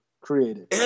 created